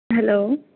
hello